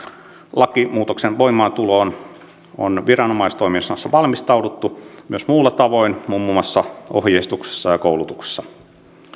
lakimuutosten voimaantuloon on viranomaistoiminnassa valmistauduttu myös muulla tavoin muun muun muassa ohjeistuksessa ja koulutuksessa